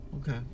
Okay